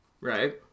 right